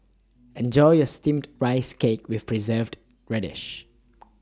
Enjoy your Steamed Rice Cake with Preserved Radish